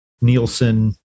Nielsen